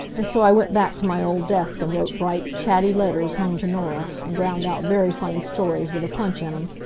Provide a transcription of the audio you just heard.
and so i went back to my old desk, and wrote bright, chatty letters home to norah, and ground out very funny stories with a punch in em,